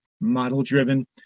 model-driven